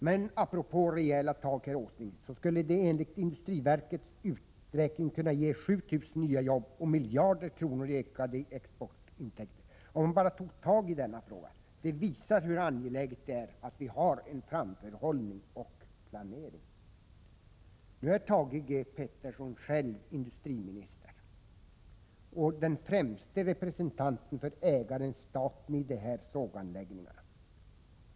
——— Men apropå rejäla tag, herr Åsling, så skulle det enligt industriverkets uträkning kunna ge 7 000 nya jobb och miljarder kronor i ökade exportintäkter, om man bara tog tag i denna fråga. Det visar hur angeläget det är att vi har en framförhållning och en planering.” Nu är Thage G. Peterson själv industriminister och den främste representanten för ägaren-staten i de här såganläggningarna.